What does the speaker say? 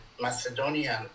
Macedonian